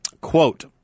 Quote